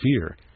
fear